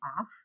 off